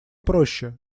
проще